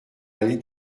aller